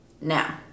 Now